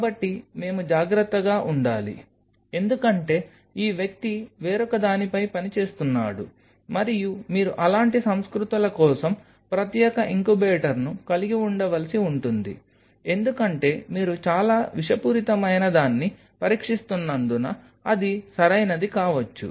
కాబట్టి మేము జాగ్రత్తగా ఉండాలి ఎందుకంటే ఈ వ్యక్తి వేరొకదానిపై పని చేస్తున్నాడు మరియు మీరు అలాంటి సంస్కృతుల కోసం ప్రత్యేక ఇంక్యుబేటర్ను కలిగి ఉండవలసి ఉంటుంది ఎందుకంటే మీరు చాలా విషపూరితమైనదాన్ని పరీక్షిస్తున్నందున అది సరైనది కావచ్చు